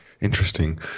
Interesting